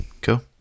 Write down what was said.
Cool